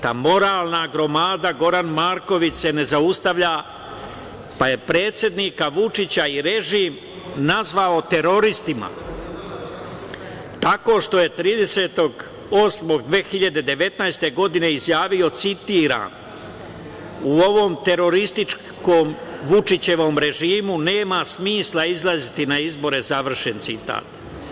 Ta moralna gromada Goran Marković se ne zaustavlja pa je predsednika Vučića i režim nazvao teroristima tako što je 30.8.2019. godine izjavio, citiram – u ovom terorističkom Vučićevom režimu nema smisla izlaziti na izbore, završen citat.